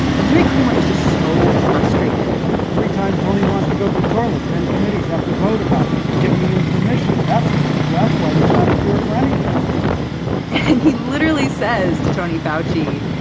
and larry kramer is just so frustrated every time tony wants to go to the toilet ten committees have to vote about giving him permission. that's what, the twelfth. why? there's not a cure for anything and he literally says to tony vao g.